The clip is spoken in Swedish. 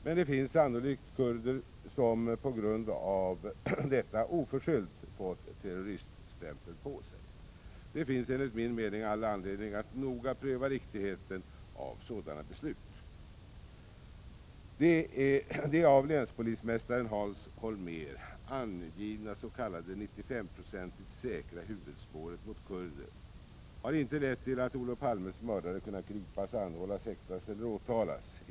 Men det finns sannolikt kurder som på grund av detta oförskyllt fått terroriststämpeln på sig. Det finns enligt min mening all anledning att noggrant pröva riktigheten av dessa beslut i varje särskilt fall. Det av länspolismästaren Hans Holmér angivna s.k. 95-procentigt säkra huvudspåret mot kurder har inte lett till att Olof Palmes mördare kunnat gripas, anhållas, häktas eller åtalas.